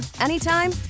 anytime